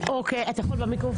שעברה?